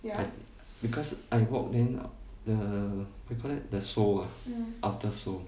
because I walk then the we call that the sole ah the outer sole